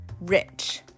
rich